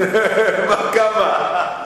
מה כמה?